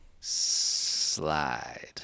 slide